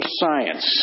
science